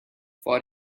for